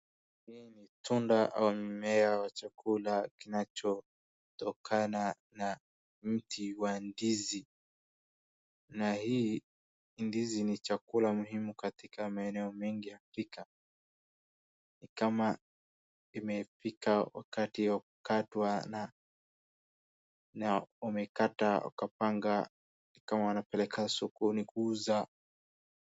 Hii ni tunda au mmea wa chakula kinachotokana na mti wa ndizi, na hii ndizi ni chakula muhimu katika maeneo mingi hakika. Ni kama imepika wakati wa kukatwa ,na wamekatwa wamepanga ni kama wanapeleka sokoni kuuza.